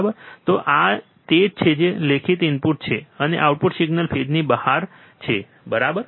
તો આ તે છે જે લેખિત ઇનપુટ છે અને આઉટપુટ સિગ્નલસ ફેઝની બહાર છે બરાબર